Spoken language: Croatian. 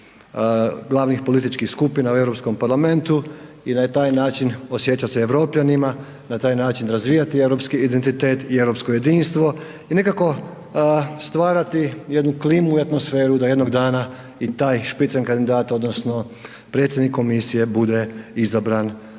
glavnih političkih skupina u Europskom parlamentu i na taj način osjećat se Europljanima, na taj način razvijati europski identitet i europsko jedinstvo i nekako stvarati jednu klimu i atmosferu da jednog dana i taj spitzen kandidat odnosno predsjednik komisije bude izabran